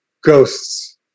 Ghosts